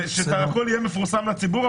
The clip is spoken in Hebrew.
ושהכול יהיה מפורסם לציבור,